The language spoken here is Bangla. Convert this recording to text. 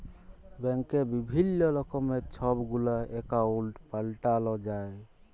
ব্যাংকে বিভিল্ল্য রকমের ছব গুলা একাউল্ট পাল্টাল যায়